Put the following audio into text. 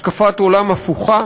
השקפת עולם הפוכה